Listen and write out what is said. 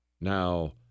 Now